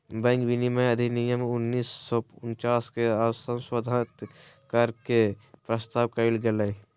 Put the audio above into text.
bank विनियमन अधिनियम उन्नीस सौ उनचास के संशोधित कर के के प्रस्ताव कइल गेलय